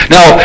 Now